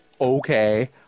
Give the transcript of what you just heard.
okay